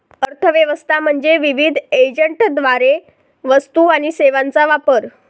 अर्थ व्यवस्था म्हणजे विविध एजंटद्वारे वस्तू आणि सेवांचा वापर